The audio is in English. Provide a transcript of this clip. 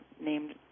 named